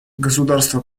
государство